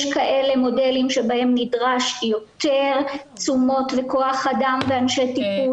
יש כאלה מודלים שבהם נדרש יותר תשומות וכח אדם ואנשי טיפול,